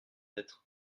être